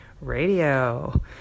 radio